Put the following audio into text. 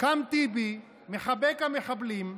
קם טיבי, מחבק המחבלים,